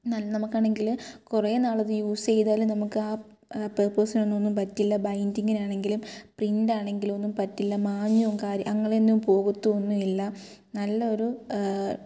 നമുക്കാണെങ്കിൽ കുറേ നാളത് യൂസ് ചെയ്താലും നമുക്ക് ആ പെപ്പെഴ്സിനൊന്നും ഒന്നും പറ്റില്ല ബയിൻറ്റിങ്ങിനാണെങ്കിലും പ്രിന്റ് ആണെങ്കിലും ഒന്നും പറ്റില്ല മാഞ്ഞു കാ അങ്ങനെ ഒന്നും പോകത്തൊന്നും ഇല്ല നല്ല ഒരു